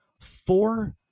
four